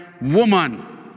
woman